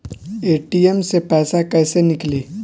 ATM से पैसा कैसे नीकली?